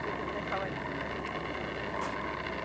गोजोननाय थाबाय दोनथनसै दे